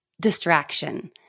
distraction